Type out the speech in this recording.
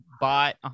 bought